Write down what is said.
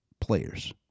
players